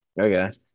Okay